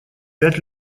пять